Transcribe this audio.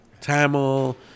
Tamil